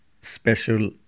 special